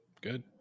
Good